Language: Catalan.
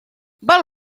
val